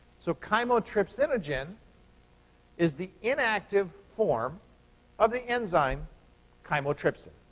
so chymotrypsinogen is the inactive form of the enzyme chymotrypsin.